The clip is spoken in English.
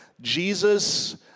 Jesus